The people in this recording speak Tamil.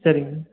சரிங்க